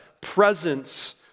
presence